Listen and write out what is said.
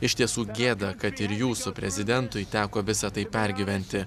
iš tiesų gėda kad ir jūsų prezidentui teko visa tai pergyventi